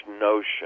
notion